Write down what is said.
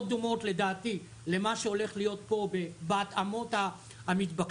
דומות לדעתי למה שהולך להיות פה בהתאמות המתבקשות,